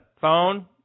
phone